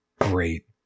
great